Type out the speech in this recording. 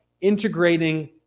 integrating